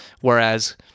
whereas